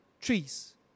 trees